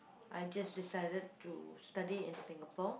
I just decided to study in Singapore